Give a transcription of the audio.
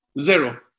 Zero